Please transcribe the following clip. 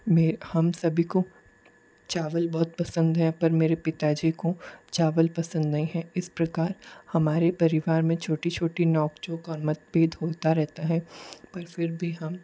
मैं हम सभी को चावल बहुत पसंद है पर मेरे पिता जी को चावल पसंद नहीं है इस प्रकार हमारे परिवार में छोटी छोटी नोक झोंक और मतभेद होता रहता है पर फिर भी हम